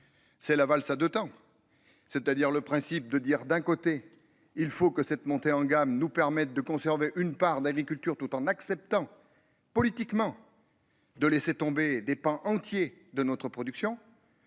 C'est la valse à 2 temps. C'est-à-dire le principe de dire d'un côté il faut que cette montée en gamme nous permettent de conserver une part d'agriculture, tout en acceptant politiquement. De laisser tomber des pans entiers de notre production.